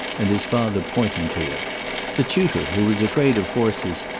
and his father pointing to it the tutor who was afraid of horses,